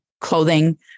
clothing